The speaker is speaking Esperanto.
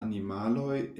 animaloj